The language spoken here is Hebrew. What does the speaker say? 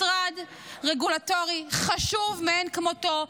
משרד רגולטורי חשוב מאין כמותו,